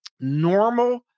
normal